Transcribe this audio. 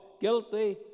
Guilty